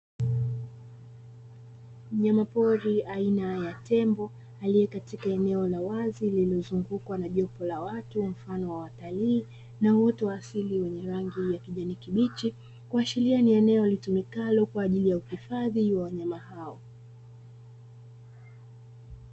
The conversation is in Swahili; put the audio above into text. Manyama pori aina ya tembo aliye katika eneo la wazi lililozungukwa na jopo la watu mfano wa watalii na uoto wa asili wenye rangi ya kijani kibichi, kuashiria ni eneo litumikalo kwa ajili ya uhifadhi wa wanyama hao.